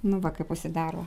nu va kaip užsidaro